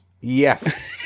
Yes